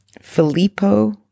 filippo